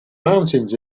mountains